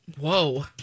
Whoa